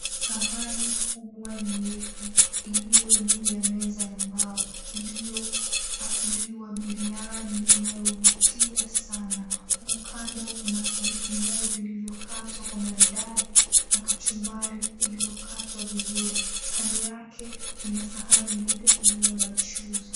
Sahani kubwa nyeupe iliyo juu ya meza ya mbao iliyo pakuliwa biriani inayovutia sana, huku kando kuna vitunguu vilivyokatwa kwa maridadi na kachumbari iliyokatwa vizuri, kando yake kuna sahani mbili iliyo na mchuzi.